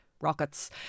rockets